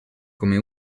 come